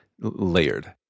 layered